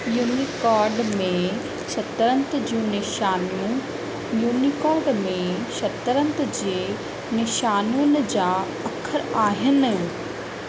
Unicode में शतरंज जूं निशानियूं यूनिकोड में शतरंज जे निशानियुनि जा अख़र आहिनि